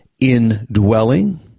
indwelling